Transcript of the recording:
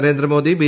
Narendra Modi B